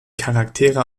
charaktere